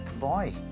boy